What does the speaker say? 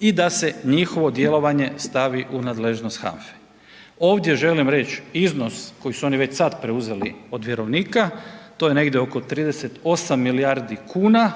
i da se njihovo djelovanje stavi u nadležnost HANFA-e. Ovdje želim reći iznos koji su oni već sada preuzeli od vjerovnika to je negdje oko 38 milijardi kuna,